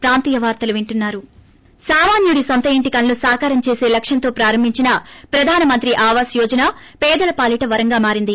break సామాన్యుడి నొంత ఇంటి కలను సాకారం చేసే లక్ష్యం తో ప్రారంబించిన ప్రధానమంత్రి ఆవాస్ యోజన పేదల పాలిట వరం గా మారింది